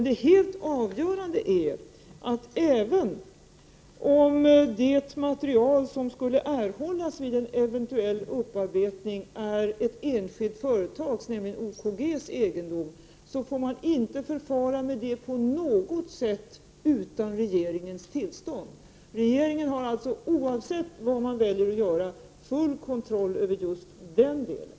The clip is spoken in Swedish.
Det helt avgörande är dock, att även om det material som skulle erhållas vid en eventuell upparbetning tillhör det enskilda företaget OKG, får man inte förfara med det på något sätt utan regeringens tillstånd. Regeringen har alltså, oavsett vad man väljer att göra, full kontroll över just den delen.